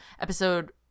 episode